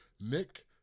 Nick